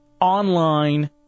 online